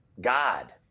God